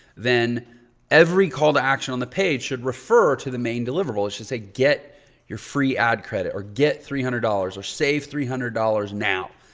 then every call to action on the page should refer to the main deliverable. it should say get your free ad credit or get three hundred dollars or save three hundred dollars now.